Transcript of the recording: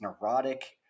neurotic